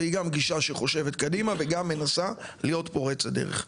והיא גם גישה שחושבת קדימה והיא גם גישה שמנסה להיות פורצת דרך.